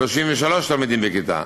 33 תלמידים בכיתה,